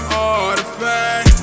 artifact